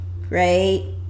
right